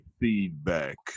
feedback